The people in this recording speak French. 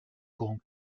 grand